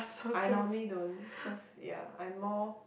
I normally don't ya cause I more